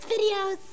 videos